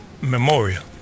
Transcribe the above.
Memorial